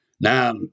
Now